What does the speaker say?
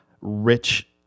rich